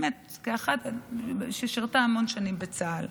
כאחת ששירתה המון שנים בצה"ל,